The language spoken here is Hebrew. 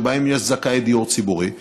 שבהן יש זכאי דיור ציבורי,